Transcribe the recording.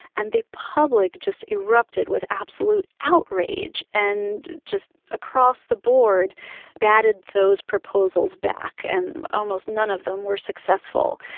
and the public just erupted with absolute outrage and just across the board batted those proposals back, and almost none of them were successful.